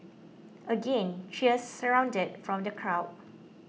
again cheers surrounded from the crowd